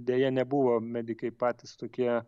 deja nebuvo medikai patys tokie